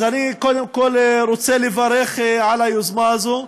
אז אני קודם כול רוצה לברך על היוזמה הזאת.